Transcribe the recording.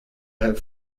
have